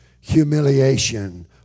humiliation